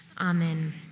amen